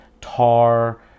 Tar